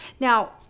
Now